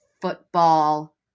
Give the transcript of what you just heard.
football